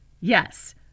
yes